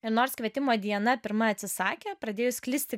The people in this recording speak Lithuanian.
ir nors kvietimo diana pirma atsisakė pradėjus sklisti